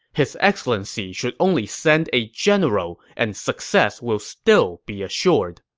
his excellency should only send a general, and success will still be assured.